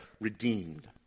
redeemed